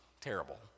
terrible